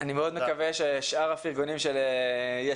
אני מאוד מקווה ששאר הפרגונים של יש